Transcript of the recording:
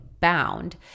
bound